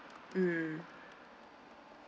mm